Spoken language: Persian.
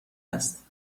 است